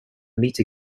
meter